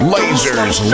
Lasers